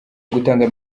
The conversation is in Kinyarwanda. gutanga